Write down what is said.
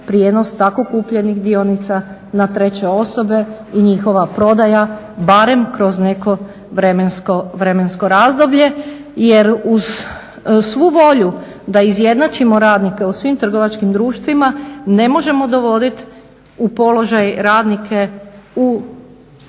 prijenos tako kupljenih dionica na treće osobe i njihova prodaja barem kroz neko vremensko razdoblje. Jer uz svu volju da izjednačimo radnike u svim trgovačkim društvima ne možemo dovoditi u položaj radnike u trgovačkim društvima